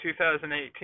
2018